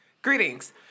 Greetings